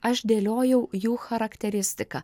aš dėliojau jų charakteristiką